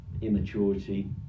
immaturity